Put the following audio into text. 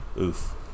Oof